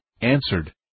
answered